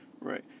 Right